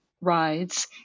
rides